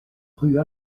rue